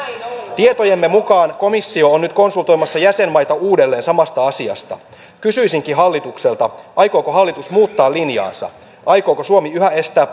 tietojemme mukaan komissio on nyt konsultoimassa jäsenmaita uudelleen samasta asiasta kysyisinkin hallitukselta aikooko hallitus muuttaa linjaansa aikooko suomi yhä estää